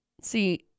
See